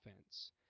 offense